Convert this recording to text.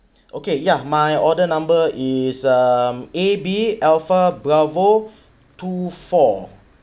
okay ya my order number is um A B alpha bravo two four